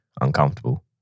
uncomfortable